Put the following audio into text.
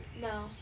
No